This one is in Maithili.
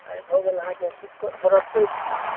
आइ भऽ गेल अहाँके शुक्र ब्रहस्पति छी